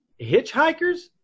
Hitchhikers